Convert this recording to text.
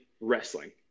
wrestling